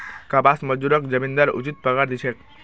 कपास मजदूरक जमींदार उचित पगार दी छेक